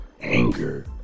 anger